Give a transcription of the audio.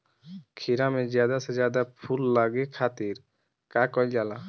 खीरा मे ज्यादा से ज्यादा फूल लगे खातीर का कईल जाला?